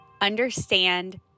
understand